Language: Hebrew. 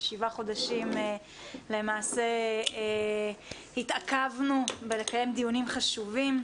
שבעה חודשים למעשה התעכבנו בלקיים דיונים חשובים.